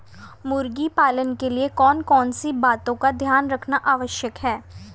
मुर्गी पालन के लिए कौन कौन सी बातों का ध्यान रखना आवश्यक है?